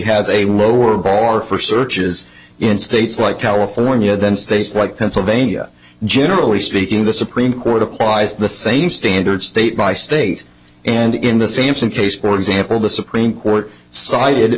has a lower bar for searches in states like california than states like pennsylvania generally speaking the supreme court applies the same standard state by state and in the same some case for example the supreme court